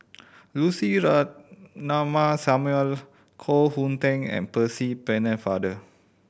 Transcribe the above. Lucy Ratnammah Samuel Koh Hoon Teck and Percy Pennefather